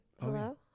Hello